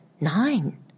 nine